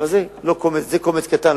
אבל זה קומץ קטן,